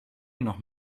noch